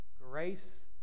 grace